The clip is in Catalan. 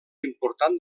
important